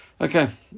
Okay